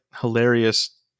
hilarious